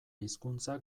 hizkuntza